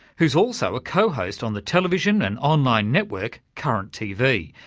who's also a co-host on the television and online network current tv,